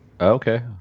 Okay